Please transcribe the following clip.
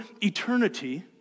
eternity